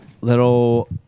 little